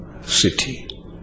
city